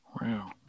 Wow